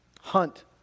hunt